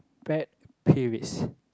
pet peeves